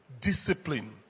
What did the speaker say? discipline